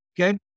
Okay